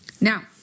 Now